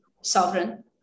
sovereign